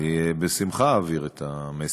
אני בשמחה אעביר את המסר.